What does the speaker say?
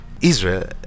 Israel